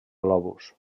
globus